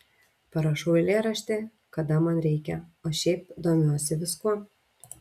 parašau eilėraštį kada man reikia o šiaip domiuosi viskuo